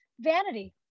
vanity